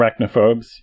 arachnophobes